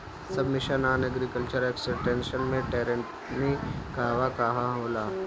सब mission on agriculture extension मै टेरेनीं कहवा कहा होला?